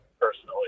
personally